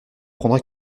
prendra